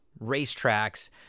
racetracks